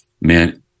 man